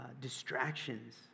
distractions